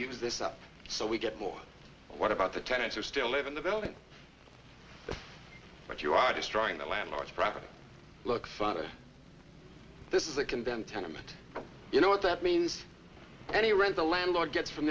use this up so we get more but what about the tenants are still live in the building but you are destroying the landmarks property look funny this is a condemned tenement you know what that means any rent the landlord gets from